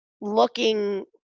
looking